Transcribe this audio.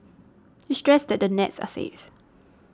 he stressed that the nets are safe